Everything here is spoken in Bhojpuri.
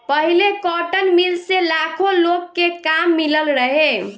पहिले कॉटन मील से लाखो लोग के काम मिलल रहे